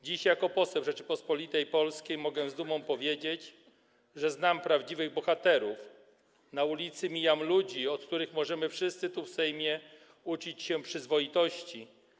Dziś jako poseł Rzeczypospolitej Polskiej mogę z dumą powiedzieć, że znam prawdziwych bohaterów, na ulicy mijam ludzi, od których możemy wszyscy tu, w Sejmie, uczyć się przyzwoitości.